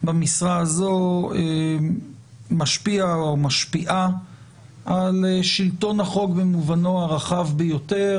במשרה זו משפיע או משפיעה על שלטון החוק במובנו הרחב ביותר,